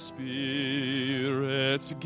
Spirit's